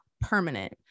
permanent